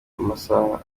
amasaha